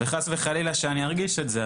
וחס וחלילה שאני ארגיש את זה,